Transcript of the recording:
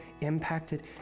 impacted